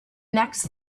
next